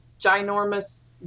ginormous